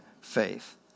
faith